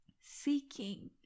seeking